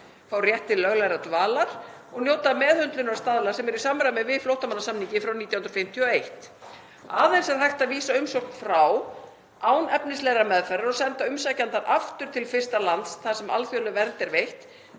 fá rétt til löglegrar dvalar; og c. njóta meðhöndlunarstaðla sem eru í samræmi við flóttamannasamninginn frá 1951 …“ Aðeins er hægt að vísa umsókn frá án efnislegrar meðferðar og senda umsækjandann aftur til fyrsta lands þar sem alþjóðleg vernd er veitt